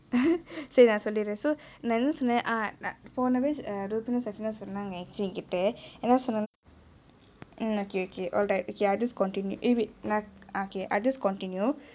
சரி நா சொல்லிருரே:seri naa sollirurae so நா என்ன சொன்ன போனே:naa enna sonne ponae batch err ruthvan sachvin சொன்னாங்கே:sonnagae actually என்கிட்டே என்ன சொன்னாங்கே:enkitae enna sonnangae mm okay okay alright okay I just continue if it nah~ okay I just continue